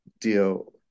deal